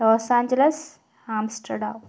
loss Angeles Amsterdam